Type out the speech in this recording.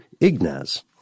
Ignaz